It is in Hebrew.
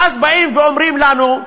ואז באים ואומרים לנו,